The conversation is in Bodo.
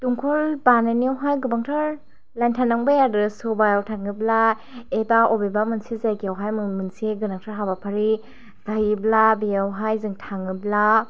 दमकल बायनाइयावहाइ गोबांथार लाइन थानांबाइ आरो सबायाव थाङोब्ला एबा अबेबा मोनसे जायगायावहाय मोनसे गोनांथार हाबाफारि जाहैयोब्ला बेवहाय जों थाङोब्ला